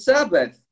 Sabbath